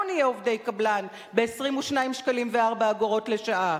נהיה עובדי קבלן ב-22 שקלים ו-4 אגורות לשעה.